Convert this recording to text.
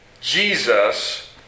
Jesus